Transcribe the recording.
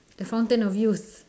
the fountain of youth